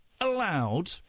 allowed